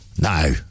No